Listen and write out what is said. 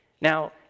Now